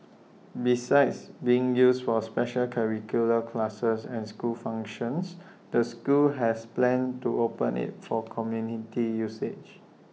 besides being used for special curricular classes and school functions the school has plans to open IT for community usage